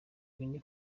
bine